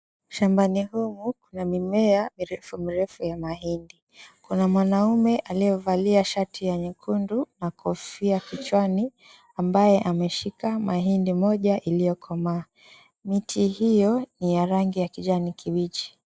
Shambani humu kuna mimea mirefu mirefu ya mahindi, kuna mwanaume aliyevalia shati ya nyekundu na kofia kichwani na mahindi moja iliyokomaa. Miti hiyo ni ya rangi ya kijani kibichi.